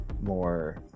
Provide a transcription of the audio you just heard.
more